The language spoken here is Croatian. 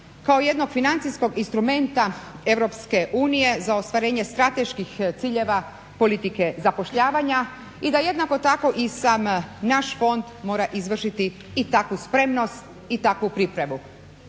kao jednog financijskog instrumenta EU za ostvarenje strateških ciljeva politike zapošljavanja i da jednako tako i sam naš fond mora izvršiti i takvu spremnost i takvu pripremu.